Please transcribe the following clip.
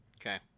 Okay